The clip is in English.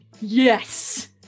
yes